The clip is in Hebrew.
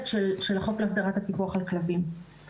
של החוק להסדרת הפיקוח על הכלבים,